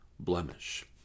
Blemish